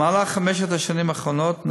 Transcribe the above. במהלך חמש השנים האחרונות,